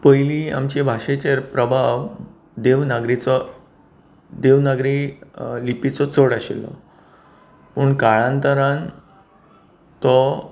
पयली आमचे भाशेचेर प्रभाव देवनागरीचो देवनागरी लिपीचो चड आशिल्लो पूण काळांतरान तो